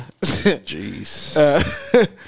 Jeez